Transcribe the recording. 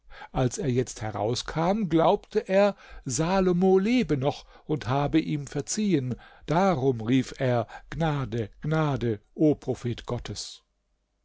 als er jetzt herauskam glaubte er salomo lebe noch und habe ihm verziehen darum rief er gnade gnade o prophet gottes